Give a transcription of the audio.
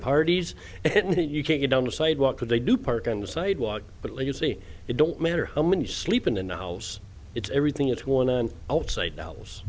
parties that you can't get on the sidewalk or they do park on the sidewalk but like you say it don't matter how many sleepin in the house it's everything at one end outside dallas